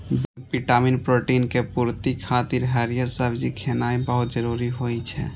vitamin, protein के पूर्ति खातिर हरियर सब्जी खेनाय बहुत जरूरी होइ छै